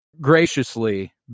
graciously